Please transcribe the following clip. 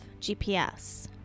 GPS